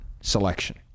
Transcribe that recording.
selection